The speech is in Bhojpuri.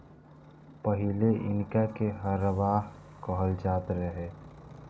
पहिले इनका के हरवाह कहल जात रहे